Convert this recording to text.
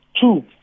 two